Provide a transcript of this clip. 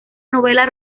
novela